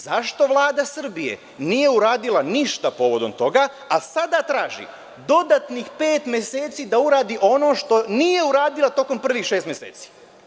Zašto Vlada Srbije nije uradila ništa povodom toga, a sada traži dodatnih pet meseci da uradi ono što nije radila tokom prvih šest meseci?